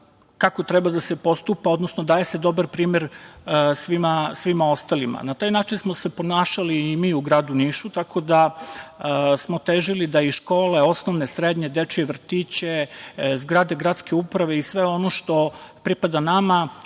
kako treba da se postupa, odnosno daje se dobar primer svima ostalima. Na taj način smo se ponašali i mi u gradu Nišu, tako da smo težili da i škole, osnovne, srednje, dečije vrtiće, zgrade gradske uprave i sve ono što pripada nama,